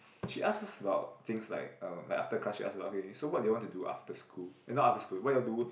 she ask us about things like um like after class she ask ah okay okay so what do you all want to do after school eh not after school what you all do